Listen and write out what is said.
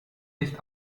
nicht